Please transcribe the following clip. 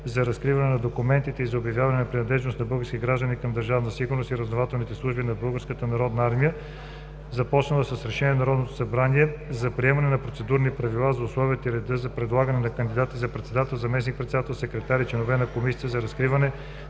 за разкриване на документите и за обявяване на принадлежност на български граждани към Държавна сигурност и разузнавателните служби на Българската народна армия, започнала с Решение на Народното събрание за приемане на процедурни правила за условията и реда за предлагане на кандидати за председател, заместник-председател, секретар и членове на Комисията за разкриване